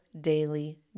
daily